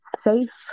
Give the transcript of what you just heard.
safe